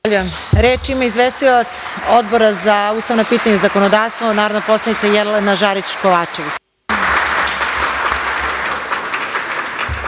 ima izvestilac Odbora za ustavna pitanja i zakonodavstvo, narodna poslanica Jelena Žarić Kovačević.